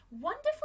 wonderful